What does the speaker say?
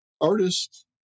artists